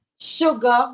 Sugar